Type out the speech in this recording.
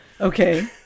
Okay